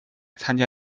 参加